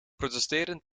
protesteren